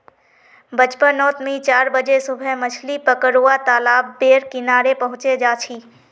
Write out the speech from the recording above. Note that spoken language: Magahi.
बचपन नोत मि चार बजे सुबह मछली पकरुवा तालाब बेर किनारे पहुचे जा छी